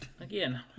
Again